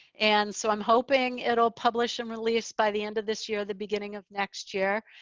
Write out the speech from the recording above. and so i'm hoping it'll publish and release by the end of this year, the beginning of next year.